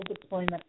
deployment